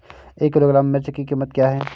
एक किलोग्राम मिर्च की कीमत क्या है?